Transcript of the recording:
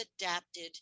adapted